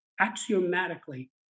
axiomatically